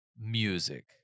music